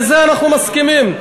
בזה אנחנו מסכימים.